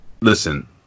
Listen